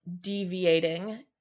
deviating